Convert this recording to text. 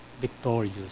victorious